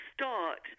start